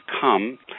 come